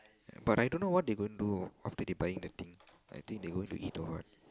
but I don't know what they going do after they buying the thing I think they going to eat or what